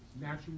natural